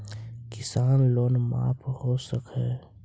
किसान लोन माफ हो सक है?